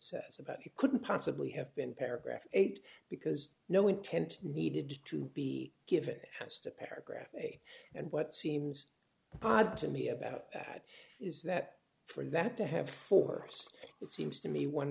says about it couldn't possibly have been paragraph eight because no intent needed to be given has to paragraph say and what seems odd to me about that is that for that to have for us it seems to me one